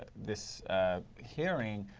but this hearing,